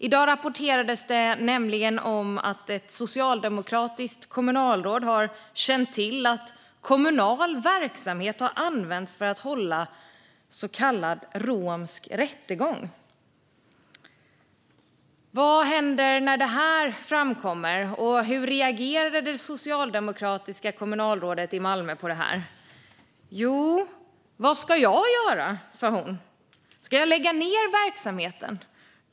I dag rapporterades det nämligen att ett socialdemokratiskt kommunalråd har känt till att kommunal verksamhet använts för att hålla så kallad romsk rättegång. Vad hände när det här framkom? Hur reagerade det socialdemokratiska kommunalrådet i Malmö på detta? Jo, så här: Vad ska jag göra? Ska jag lägga ned verksamheten?